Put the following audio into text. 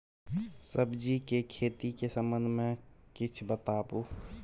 सब्जी के खेती के संबंध मे किछ बताबू?